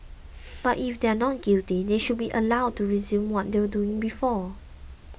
but if they are not guilty they should be allowed to resume what they were doing before